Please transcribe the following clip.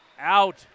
out